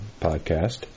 podcast